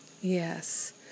Yes